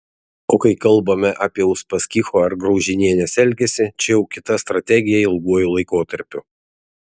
o kai kalbame apie uspaskicho ar graužinienės elgesį čia jau kita strategija ilguoju laikotarpiu